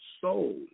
soul